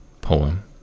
poem